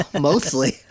mostly